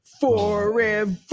Forever